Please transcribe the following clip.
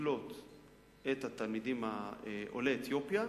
לקלוט את התלמידים עולי אתיופיה,